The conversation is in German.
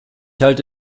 halte